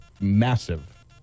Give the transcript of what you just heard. massive